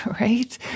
right